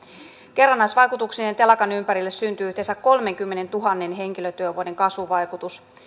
kerrannaisvaikutuksineen telakan ympärille syntyy yhteensä kolmenkymmenentuhannen henkilötyövuoden kasvuvaikutus